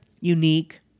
unique